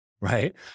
right